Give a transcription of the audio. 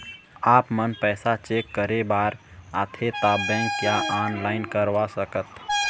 आपमन पैसा चेक करे बार आथे ता बैंक या ऑनलाइन करवा सकत?